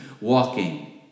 walking